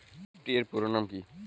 Nifty এর পুরোনাম কী?